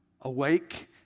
awake